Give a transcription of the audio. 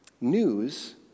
News